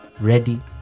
ready